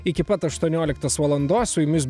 iki pat aštuonioliktos valandos su jumis